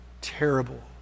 terrible